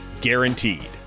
guaranteed